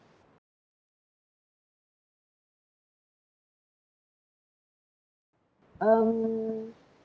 um